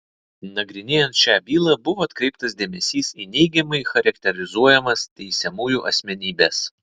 nagrinėjant šią bylą buvo atkreiptas dėmesys į neigiamai charakterizuojamas teisiamųjų asmenybes